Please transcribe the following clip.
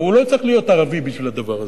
והוא לא צריך להיות ערבי בשביל זה.